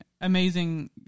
amazing